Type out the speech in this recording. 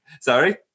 Sorry